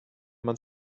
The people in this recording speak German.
man